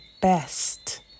best